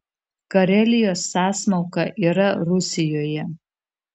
karelijos sąsmauka yra rusijoje